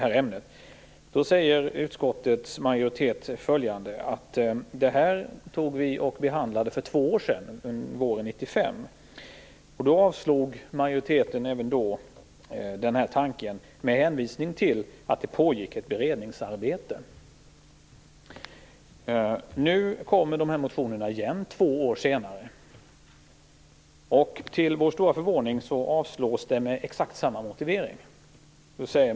Utskottets majoritet säger att man behandlade detta för två år sedan, våren 1995. Majoriteten avslog även då det här förslaget med hänvisning till att det pågick ett beredningsarbete. Nu kommer dessa motioner igen två år senare. Till vår stora förvåning avslås de med exakt samma motivering.